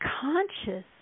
conscious